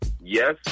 Yes